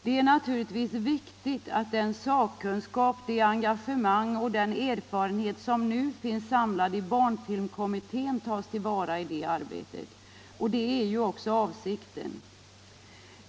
Det är naturligtvis viktigt att den sakkunskap, det engagemang och den erfarenhet som nu finns samlad i Barnfilmkommittén tas till vara i det arbetet, och det är ju också avsikten.